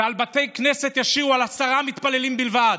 ואת בתי כנסת ישאירו עם עשרה מתפללים בלבד.